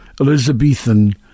Elizabethan